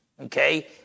okay